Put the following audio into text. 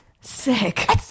Sick